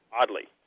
Oddly